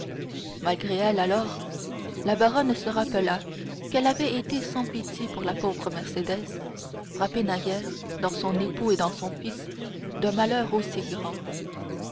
malgré elle alors la baronne se rappela qu'elle avait été sans pitié pour la pauvre mercédès frappée naguère dans son époux et dans son fils d'un malheur aussi grand